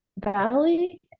valley